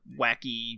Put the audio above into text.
wacky